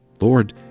Lord